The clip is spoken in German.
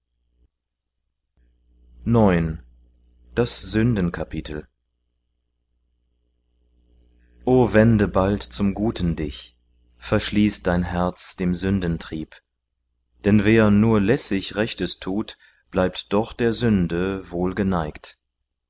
o wende bald zum guten dich verschließ dein herz dem sündentrieb denn wer nur lässig rechtes tut bleibt doch der sünde